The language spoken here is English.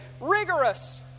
rigorous